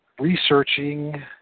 researching